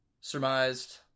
surmised